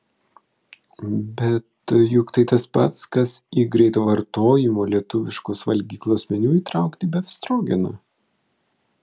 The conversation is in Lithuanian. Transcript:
bet juk tai tas pats kas į greito vartojimo lietuviškos valgyklos meniu įtraukti befstrogeną